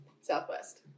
Southwest